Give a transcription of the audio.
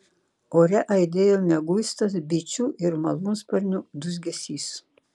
ore aidėjo mieguistas bičių ir malūnsparnių dūzgesys